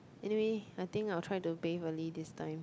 anyway I think I will try to bathe early this time